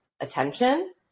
attention